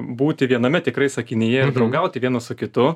būti viename tikrai sakinyje ir draugauti vienas su kitu